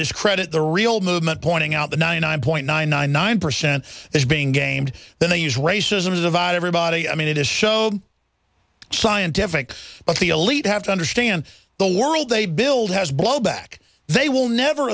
discredit the real movement pointing out the ninety nine point nine nine nine percent as being gamed then they use racism to divide everybody i mean it is show scientific but the elite have to understand the world they build has blowback they will never